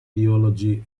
theology